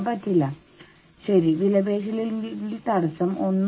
അതിനാൽ ഇത് നിങ്ങളുടേതാണ്